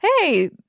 hey